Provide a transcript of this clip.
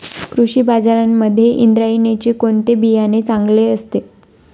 कृषी बाजारांमध्ये इंद्रायणीचे कोणते बियाणे चांगले असते?